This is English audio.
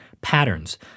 patterns